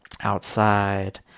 outside